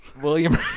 William